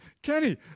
Kenny